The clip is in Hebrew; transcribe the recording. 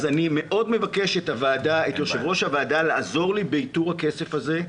אני מאוד מבקש את יושב-ראש הוועדה לעזור לי באיתור הכסף הזה.